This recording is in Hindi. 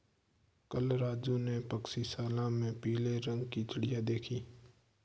कल राजू ने पक्षीशाला में पीले रंग की चिड़िया देखी